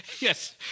Yes